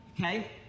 Okay